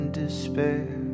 despair